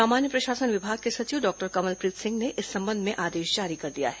सामान्य प्रशासन विभाग के सचिव डॉक्टर कमलप्रीत सिंह ने इस संबंध में आदेश जारी कर दिया है